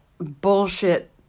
bullshit